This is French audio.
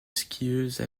skieuse